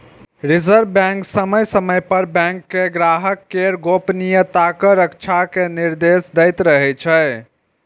reserve bank समय समय पर बैंक कें ग्राहक केर गोपनीयताक रक्षा के निर्देश दैत रहै छै